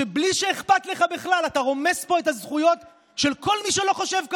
שבלי שאכפת לך בכלל אתה רומס פה את הזכויות של כל מי שלא חושב כמוך.